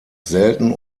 selten